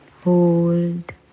Hold